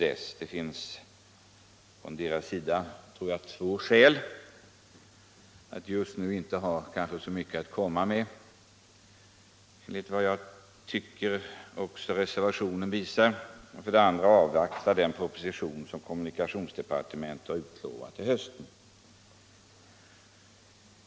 Det finns två skäl — för det första att man just nu kanske inte har så mycket att komma med, vilket jag också tycker reservationen visar, och för det andra att man vill avvakta den proposition som kommunikationsdepartementet har utlovat till hösten.